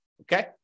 okay